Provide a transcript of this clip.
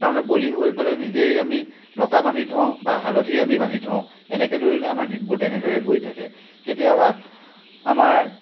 তাৰমানে বলী হৈ পেলাই নিজেই আমি লতা বান্ধি থওঁ বা হালধি আমি বান্ধি থওঁ এনেকৈ ধৰি আমাৰ দিনবোৰ তেনেকেই গৈ থাকে কেতিয়াবা আমাৰ